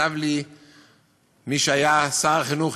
כתב לי מי שהיה שר החינוך,